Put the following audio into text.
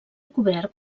cobert